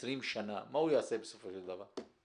מ-20 שנה, מה הוא יעשה בסופו של דבר?